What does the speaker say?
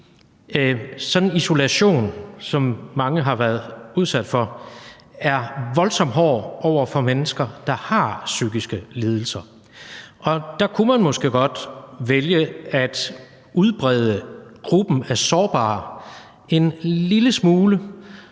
sådan en isolation, som mange har været udsat for, er voldsomt hård over for mennesker, der har psykiske lidelser. Og der kunne man måske godt vælge at udvide gruppen af sårbare en lille smule,